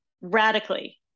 radically